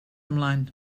ymlaen